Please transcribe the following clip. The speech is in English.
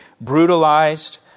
brutalized